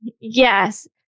yes